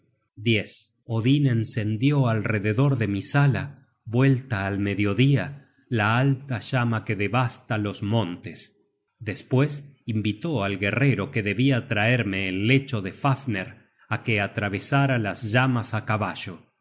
miedo odin encendió alrededor de mi sala vuelta al mediodía la alta llama que devasta los montes despues invitó al guerrero que debia traerme el lecho de fafner á que atravesara las llamas á caballo